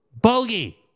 Bogey